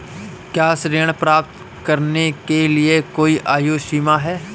क्या ऋण प्राप्त करने के लिए कोई आयु सीमा है?